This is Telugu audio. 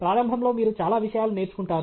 ప్రారంభంలో మీరు చాలా విషయాలు నేర్చుకుంటారు